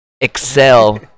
excel